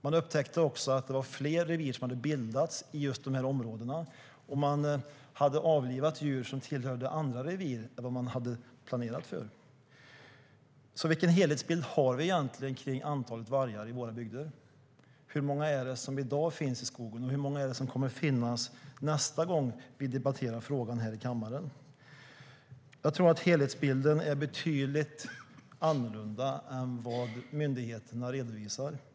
Man upptäckte också att fler revir hade bildats i dessa områden, och att man avlivade djur som hörde till andra revir än de planerade. Vilken helhetsbild har vi egentligen av antalet vargar i våra bygder? Hur många finns i dag i skogen, och hur många kommer att finnas nästa gång vi debatterar frågan i kammaren? Jag tror att helhetsbilden är betydligt mer annorlunda än vad myndigheterna redovisar.